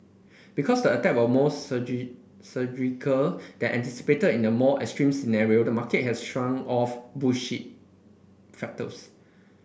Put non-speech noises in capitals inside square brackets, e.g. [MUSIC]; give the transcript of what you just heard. because the attack were more [UNINTELLIGIBLE] surgical than anticipated in the more extreme scenario the market has shrugged off [UNINTELLIGIBLE] factors